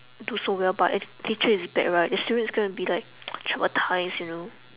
do so well but if teacher is bad right the student is gonna be like traumatised you know